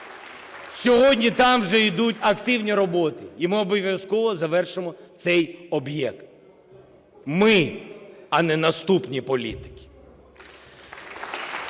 Сьогодні там вже ідуть активні роботи, і ми обов'язково завершимо цей об'єкт, ми, а не наступні політики.